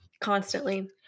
constantly